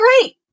great